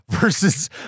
versus